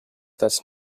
that’s